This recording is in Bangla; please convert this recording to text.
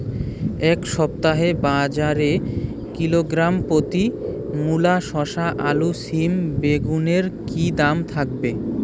এই সপ্তাহে বাজারে কিলোগ্রাম প্রতি মূলা শসা আলু সিম বেগুনের কী দাম থাকবে?